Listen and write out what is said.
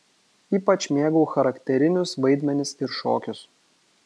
ypač mėgau charakterinius vaidmenis ir šokius